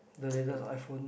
the latest iPhone